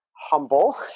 humble